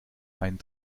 einen